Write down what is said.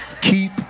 keep